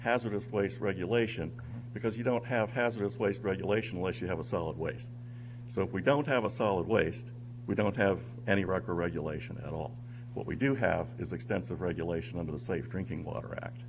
hazardous waste regulation because you don't have has replaced regulation less you have a solid waste but we don't have a solid waste we don't have any right to regulation at all what we do have is extensive regulation of the safe drinking water act